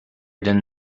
then